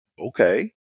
Okay